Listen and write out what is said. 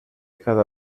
cada